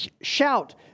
Shout